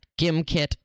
gimkit